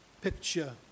picture